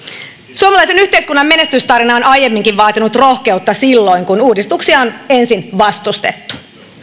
suomalaisen yhteiskunnan menestystarina on aiemminkin vaatinut rohkeutta silloin kun uudistuksia on ensin vastustettu